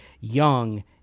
young